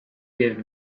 gave